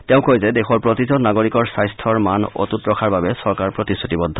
তেওঁ কয় যে দেশৰ প্ৰতিজন নাগৰিকৰ স্বাস্থাৰ মান অটুত ৰখাৰ বাবে চৰকাৰ প্ৰতিশ্ৰুতিবদ্ধ